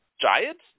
Giants